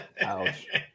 Ouch